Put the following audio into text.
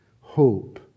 hope